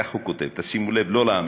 וכך הוא כותב, שימו לב, לא להאמין: